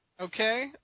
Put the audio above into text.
Okay